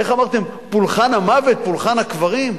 איך אמרתם, פולחן המוות, פולחן הקברים?